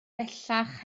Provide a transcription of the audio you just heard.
bellach